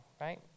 right